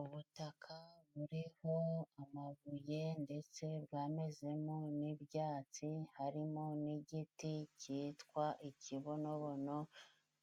Ubutaka buriho amabuye ndetse bwamezemo n'ibyatsi, harimo n'igiti cyitwa ikibonobono